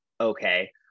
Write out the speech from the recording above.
okay